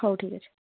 ହଉ ଠିକ୍ ଅଛି